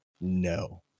No